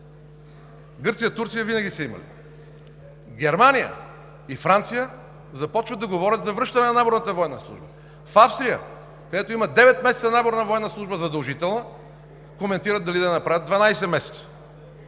Гърция и Турция винаги са я имали. В Германия и Франция започват да говорят за връщане на наборната военна служба. В Австрия, където има девет месеца задължителна наборна военна служба, коментират дали да не я направят 12 месеца.